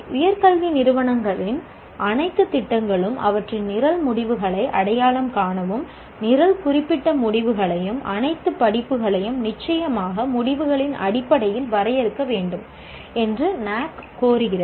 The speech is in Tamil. உயர்கல்வி நிறுவனங்களின் அனைத்து திட்டங்களும் அவற்றின் நிரல் முடிவுகளை அடையாளம் காணவும் நிரல் குறிப்பிட்ட முடிவுகளையும் அனைத்து படிப்புகளையும் நிச்சயமாக முடிவுகளின் அடிப்படையில் வரையறுக்க வேண்டும் என்று NAAC கோருகிறது